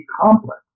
complex